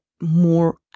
more